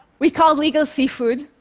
we called legal seafood